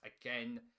again